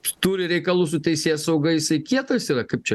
turi reikalų su teisėsauga jisai kietas yra kaip čia